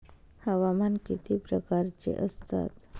हवामान किती प्रकारचे असतात?